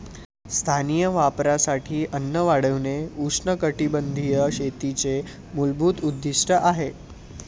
स्थानिक वापरासाठी अन्न वाढविणे उष्णकटिबंधीय शेतीचे मूलभूत उद्दीष्ट आहे